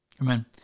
Amen